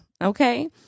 Okay